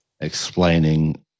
explaining